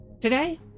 Today